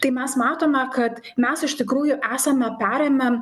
tai mes matome kad mes iš tikrųjų esame perėmę